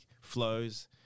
flows